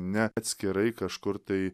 ne atskirai kažkur tai